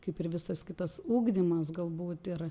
kaip ir visas kitas ugdymas galbūt ir